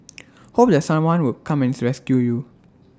hope that someone would come and rescue you